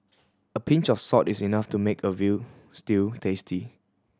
a pinch of salt is enough to make a veal stew tasty